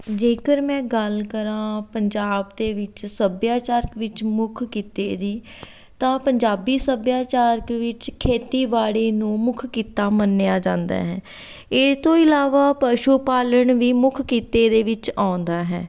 ਜੇਕਰ ਮੈਂ ਗੱਲ ਕਰਾਂ ਪੰਜਾਬ ਦੇ ਵਿੱਚ ਸੱਭਿਆਚਾਰਕ ਵਿੱਚ ਮੁੱਖ ਕਿੱਤੇ ਦੀ ਤਾਂ ਪੰਜਾਬੀ ਸੱਭਿਆਚਾਰਕ ਵਿੱਚ ਖੇਤੀਬਾੜੀ ਨੂੰ ਮੁੱਖ ਕਿੱਤਾ ਮੰਨਿਆਂ ਜਾਂਦਾ ਹੈ ਇਹ ਤੋਂ ਇਲਾਵਾ ਪਸ਼ੂ ਪਾਲਣ ਵੀ ਮੁੱਖ ਕਿੱਤੇ ਦੇ ਵਿੱਚ ਆਉਂਦਾ ਹੈ